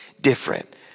different